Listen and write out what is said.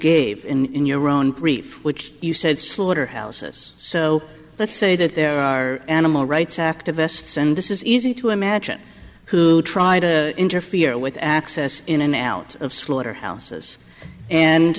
gave in your own brief which you said slaughterhouses so let's say that there are animal rights activists and this is easy to imagine who try to interfere with access in an out of slaughter houses and